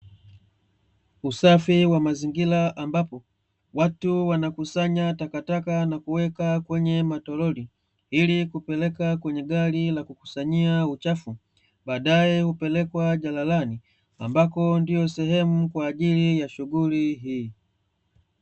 Usafi wa mazingira ambapo watu wanakusanya takataka na kuweka kwenye matoroli, ili kupeleka kwenye gari la kukusanyia uchafu baadae hupelekwa jalalani, ambako ndio sehemu kwa ajili ya shughuli hii.